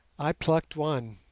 i plucked one,